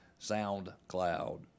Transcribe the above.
SoundCloud